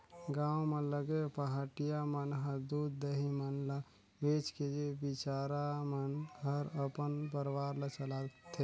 गांव म लगे पहाटिया मन ह दूद, दही मन ल बेच के बिचारा मन हर अपन परवार ल चलाथे